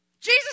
Jesus